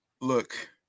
Look